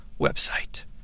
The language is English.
website